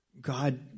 God